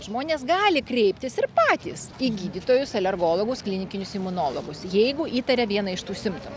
žmonės gali kreiptis ir patys į gydytojus alergologus klinikinius imunologus jeigu įtaria vieną iš tų simptom